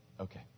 okay